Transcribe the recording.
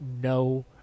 no